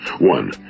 One